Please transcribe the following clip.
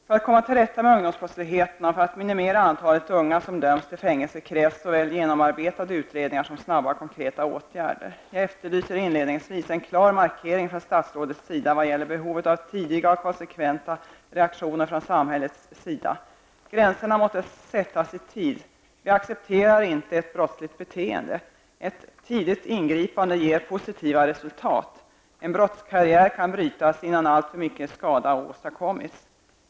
För att komma till rätta med ungdomsbrottsligheten och för att minimera antalet unga som döms till fängelse krävs såväl genomarbetade utredningar som snabba, konkreta åtgärder. Jag efterlyser inledningsvis en klar markering från statsrådets sida vad gäller behovet av tidiga och konsekventa reaktioner från samhällets sida. Gränserna måste sättas i tid. Vi accepterar inte ett brottsligt beteende. Ett tidigt ingripande ger positiva resultat. En brottskarriär kan brytas innan alltför mycket skada åstadkommits.